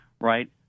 Right